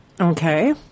Okay